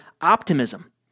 optimism